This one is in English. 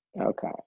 Okay